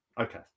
okay